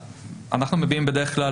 אנחנו מביאים בדרך כלל,